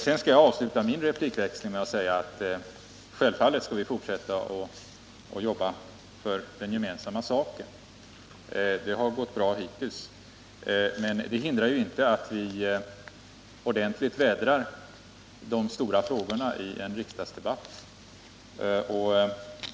Jag skall avsluta min replikväxling med att säga, att självfallet skall vi fortsätta att jobba för den gemensamma saken — det har gått bra hittills — men det hindrar ju inte att vi ordentligt vädrar de stora frågorna i en riksdagsdebatt.